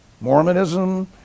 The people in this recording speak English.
Mormonism